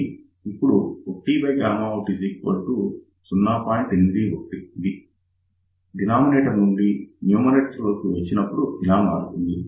ఇది హారం నుండి లవం లోనికి వచ్చినప్పుడు ఇలా మారుతుంది